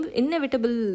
inevitable